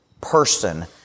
person